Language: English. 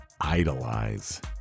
idolize